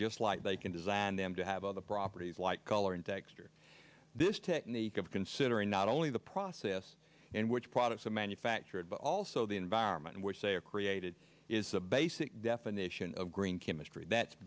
just like they can design them to have other properties like color and texture this technique of considering not only the process in which products are manufactured but also the environment in which they are created is a basic definition of green chemistry that's